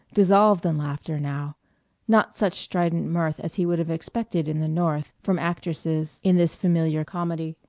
dissolved in laughter now not such strident mirth as he would have expected in the north from actresses in this familiar comedy,